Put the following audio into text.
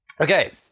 Okay